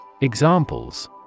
Examples